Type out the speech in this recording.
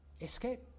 escape